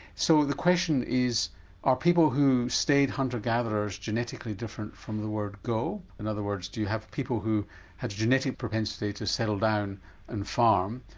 so the question is are people who stayed hunter gatherers genetically different from the word go? in other words do you have people who have a genetic propensity to settle down and farm,